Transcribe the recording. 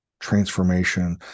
transformation